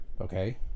okay